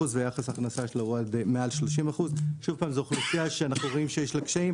ויחס הכנסה שלו הוא מעל 30%. זו אוכלוסייה שאנחנו רואים שיש לה קשיים.